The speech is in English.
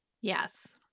Yes